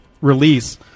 release